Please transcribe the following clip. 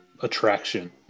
attraction